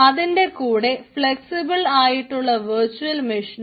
അതിന്റെ കൂടെ ഫ്ലെക്സിബിൾ ആയിട്ടുള്ള വെർച്ച്വൽ മെഷീനും